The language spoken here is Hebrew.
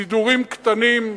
סידורים קטנים,